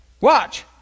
Watch